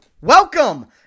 Welcome